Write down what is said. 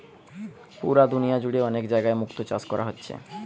পুরা দুনিয়া জুড়ে অনেক জাগায় মুক্তো চাষ কোরা হচ্ছে